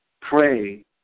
pray